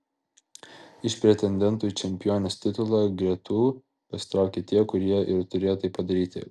iš pretendentų į čempionės titulą gretų pasitraukė tie kurie ir turėjo tai padaryti